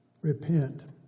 Repent